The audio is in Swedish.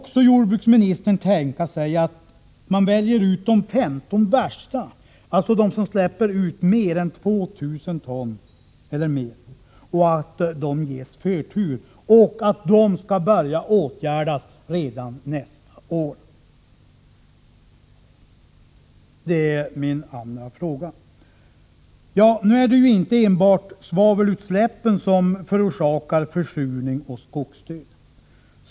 Kan jordbruksministern också tänka sig att de 15 värsta, alltså de som släpper ut 2 000 ton per eller mer, skall ges förtur och att dessa skall börja åtgärdas redan nästa år? Nu är det inte enbart svavelutsläppen som förorsakar försurning och skogsdöd.